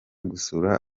gusura